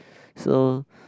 so